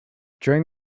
during